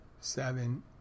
seven